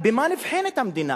במה נבחנת המדינה,